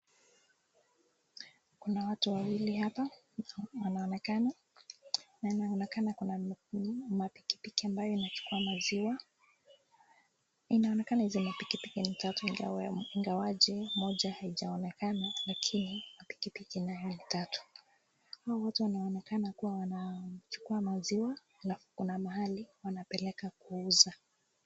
Kuna watu wawili hapa wanaonekana na inaonekana kuna mapikipiki abayo inachukua maziwa. Inaonekana hizo mapikipiki ni tatu ingawaje moja haijaonekana lakini mapikipiki nayo ni tatu. Hawa watu wanaonekana kuwa wanachukua maziwa na kuna mahali wanapeleka kuuza.